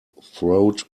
throat